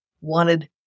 wanted